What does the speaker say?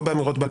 לא באמירות,